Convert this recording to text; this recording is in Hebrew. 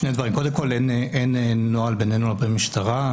שני דברים, קודם כל אין נוהל בינינו לבין המשטרה.